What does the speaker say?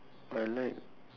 I like